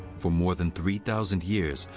for more than three thousand years,